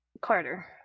Carter